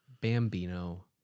Bambino